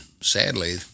sadly